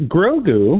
Grogu